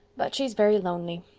but she's very lonely.